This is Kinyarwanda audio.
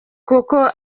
kuko